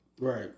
Right